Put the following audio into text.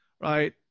right